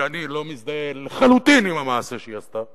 ואני לא מזדהה לחלוטין עם המעשה שעשתה,